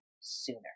sooner